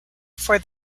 for